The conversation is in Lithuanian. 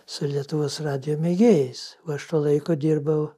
su lietuvos radijo mėgėjais o aš tuo laiku dirbau